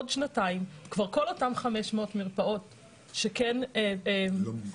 עוד שנתיים כל אותן 500 מרפאות שכל מוגנות,